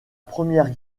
première